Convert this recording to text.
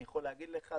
אני יכול להגיד לך,